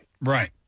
Right